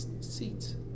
seats